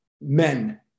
men